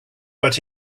but